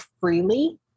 freely